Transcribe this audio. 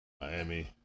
Miami